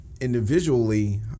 Individually